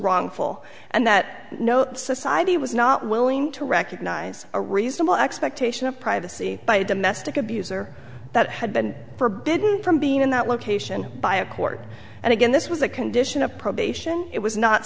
wrongful and that no society was not willing to recognize a reasonable expectation of privacy by a domestic abuser that had been forbidden from being in that location by a court and again this was a condition of probation it was not